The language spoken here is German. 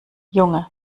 junge